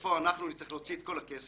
שבסופו אנחנו נצטרך להוציא את כל הכסף,